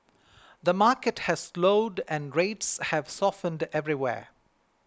the market has slowed and rates have softened everywhere